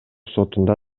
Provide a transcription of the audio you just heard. сотунда